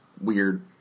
weird